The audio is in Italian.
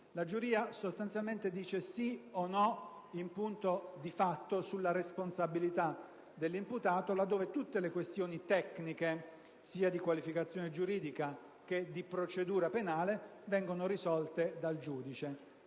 La giuria, sostanzialmente, dice sì o no, in punto di fatto, sulla responsabilità dell'imputato, laddove tutte le questioni tecniche, sia di qualificazione giuridica che di procedura penale, vengono risolte dal giudice.